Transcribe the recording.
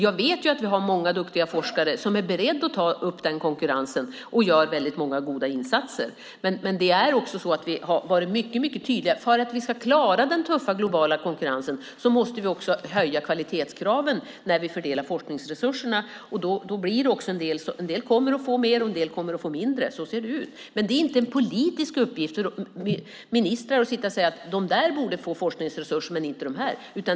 Jag vet ju att vi har många duktiga forskare som är beredda att ta upp den konkurrensen och som gör väldigt många goda insatser. Men vi har också varit mycket tydliga med att för att vi ska klara den tuffa, globala konkurrensen måste vi höja kvalitetskraven när vi fördelar forskningsresurserna. Då blir det också så att en del kommer att få mer och en del kommer att få mindre. Så ser det ut. Men det är inte en politisk uppgift för ministrar att säga att de där borde få forskningsresurser men inte de här.